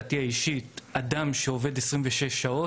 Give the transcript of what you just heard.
בידי הוועדות לעשות דברים שצריך לעשות לטובת הציבור.